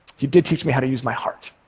he did teach me how to use my heart,